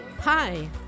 Hi